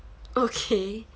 okay